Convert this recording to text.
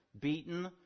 beaten